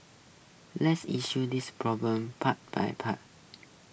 let's issue this problem part by part